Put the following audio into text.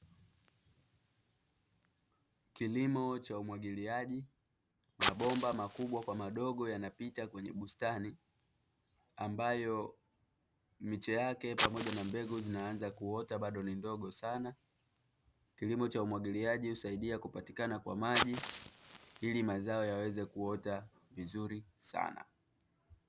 Kilimo cha umwagiliaji, mabomba makubwa kwa madogo yanapita kwenye bustani, ambayo miche yake pamoja na mbegu zinanza kuota bado ni ndogo sana. Kilimo cha umwagiliaji husaidia kupatikana kwa maji ili mazao yaweze kuota vizuri sana.